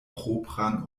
propran